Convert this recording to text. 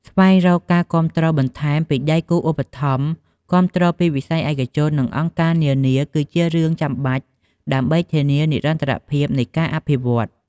ស្វែងរកការគាំទ្របន្ថែមពីដៃគូឧបត្ថម្ភគាំទ្រពីវិស័យឯកជន និងអង្គការនានាគឺជារឿងចាំបាច់ដើម្បីធានានិរន្តរភាពនៃការអភិវឌ្ឍ។